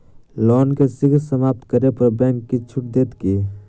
loan केँ शीघ्र समाप्त करै पर बैंक किछ छुट देत की